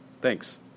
Thanks